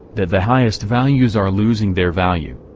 that the highest values are losing their value.